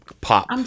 pop